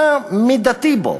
מה מידתי בו?